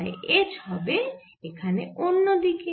তাই H হবে এখানে অন্য দিকে